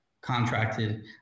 contracted